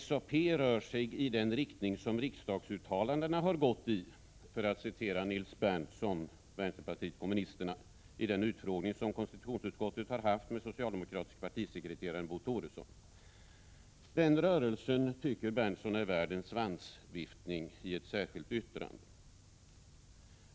”SAP rör sig alltså i den riktning som riksdagsuttalandena har gått i”, för att citera Nils Berndtson från vpk i den utfrågning som konstitutionsutskottet haft med socialdemokratiske partisekreteraren Bo Toresson. Den rörelsen tycker Berndtson i ett särskilt yttrande är värd en svansviftning.